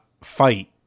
fight